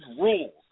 rules